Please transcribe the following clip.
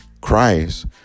Christ